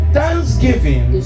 thanksgiving